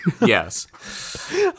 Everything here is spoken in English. Yes